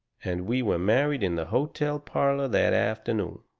and we were married in the hotel parlour that afternoon.